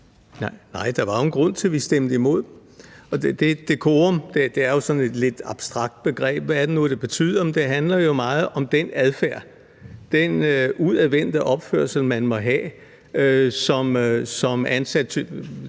Nej, der var jo en grund til, at vi stemte imod. Og dekorum er jo et sådan lidt abstrakt begreb: Hvad er det nu, det betyder? Det handler jo meget om den adfærd, den udadvendte opførsel, man må have som ansat,